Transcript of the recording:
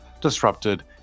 disrupted